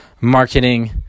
marketing